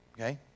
Okay